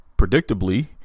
predictably